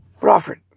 Prophet